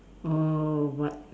oh what